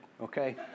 okay